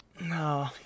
No